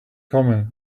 common